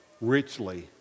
richly